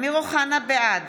בעד